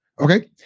Okay